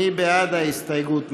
מי בעד ההסתייגות?